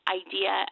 idea